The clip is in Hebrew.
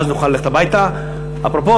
אפרופו,